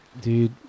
Dude